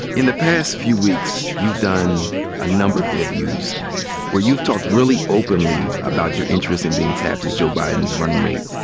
in the past few weeks, you've done a number of interviews where you've talked really openly about your interest in being tapped as joe biden's running mate.